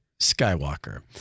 Skywalker